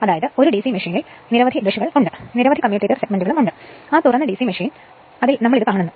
അതായത് ഒരു ഡിസി മെഷീനിൽ നിരവധി ബ്രഷുകൾ ഉണ്ട് നിരവധി കമ്മ്യൂട്ടേറ്റർ സെഗ്മെന്റുകൾ ഉണ്ട് ആ തുറന്ന ഡിസി മെഷീനിൽ നമ്മൾ അത് കാണുന്നു